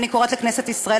אני קוראת לכנסת ישראל,